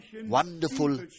wonderful